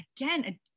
again